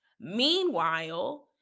Meanwhile